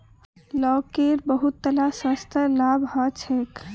लौकीर बहुतला स्वास्थ्य लाभ ह छेक